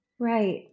Right